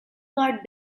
guard